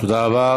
תודה רבה.